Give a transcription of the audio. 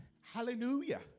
hallelujah